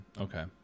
okay